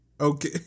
Okay